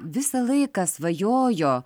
visą laiką svajojo